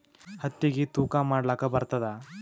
ಹತ್ತಿಗಿ ತೂಕಾ ಮಾಡಲಾಕ ಬರತ್ತಾದಾ?